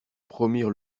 promirent